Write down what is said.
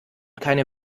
keine